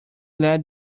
led